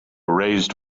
raised